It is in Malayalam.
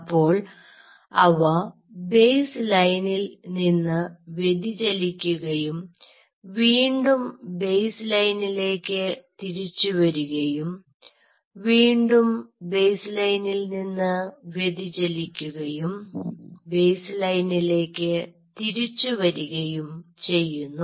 അപ്പോൾ അവ ബേസ് ലൈനിൽ നിന്ന് വ്യതിചലിക്കുകയും വീണ്ടും ബേസ് ലൈനിലേക്ക് തിരിച്ചുവരികയും വീണ്ടും ബേസ് ലൈനിൽ നിന്ന് വ്യതിചലിക്കുകയും ബേസ് ലൈനിലേക്ക് തിരിച്ചു വരികയും ചെയ്യുന്നു